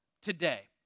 today